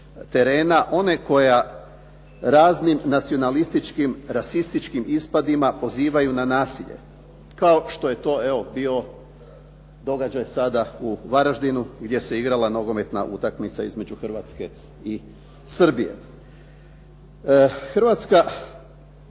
one koje raznim nacionalističkim, rasističkim ispadima pozivaju na nasilje kao što je to evo bio događaj sada u Varaždinu gdje se igrala nogometna utakmica između Hrvatske i Srbije. Hrvatska